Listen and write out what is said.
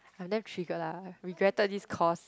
I damn trigger lah regretted this course